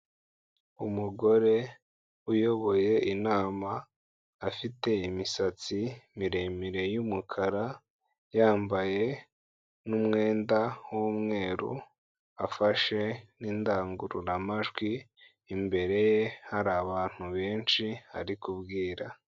Umugore uyoboye inama afite imisatsi miremire y'umukara, yambaye n'umwenda w'umweru afashe n'inindangururamajwi, imbere ye hari abantu benshi ari kubwira.